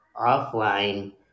offline